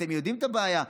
אתם יודעים מה הבעיה,